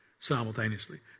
simultaneously